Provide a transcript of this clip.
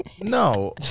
No